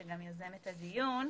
שגם יזם את הדיון.